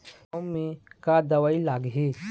लिमाऊ मे का दवई लागिही?